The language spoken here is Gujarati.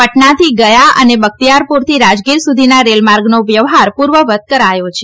પટનાથી ગથા અને બખતીયારપુર થી રાજગીર સુધીના રેલમાર્ગનો વ્યવહાર પૂર્વવત કરાયો છે